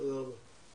תודה רבה.